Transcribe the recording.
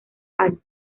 años